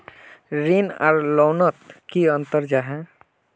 ऋण आर लोन नोत की अंतर जाहा?